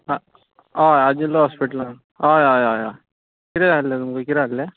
हय आजिलो हॉस्पिटलांत हय हय हय हय कितें जाय आसलें तुमकां कितें जाय आसलें